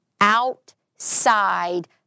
outside